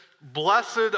blessed